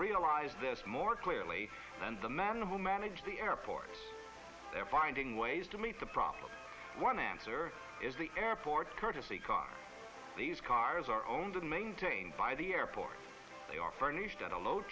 realized this more clearly than the man who managed the airport they're finding ways to meet the problem one answer is the airport courtesy car these cars are owned and maintained by the airport they are furnished at a low